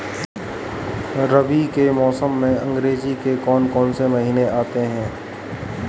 रबी के मौसम में अंग्रेज़ी के कौन कौनसे महीने आते हैं?